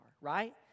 right